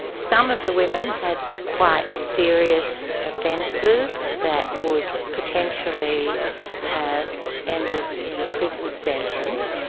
ah some of the women had quite serious offences that would potentially have ended in a prison sentence,